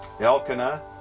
Elkanah